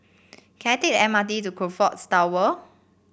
can I take the M R T to Crockfords Tower